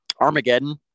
Armageddon